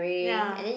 ya